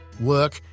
work